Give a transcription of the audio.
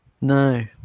No